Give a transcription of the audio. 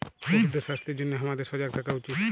পশুদের স্বাস্থ্যের জনহে হামাদের সজাগ থাকা উচিত